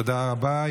תודה רבה.